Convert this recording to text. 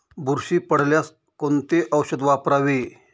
बुरशी पडल्यास कोणते औषध वापरावे?